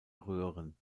röhren